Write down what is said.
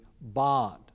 bond